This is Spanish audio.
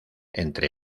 entre